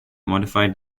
modified